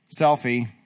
Selfie